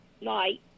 night